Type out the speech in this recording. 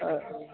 অঁ হয়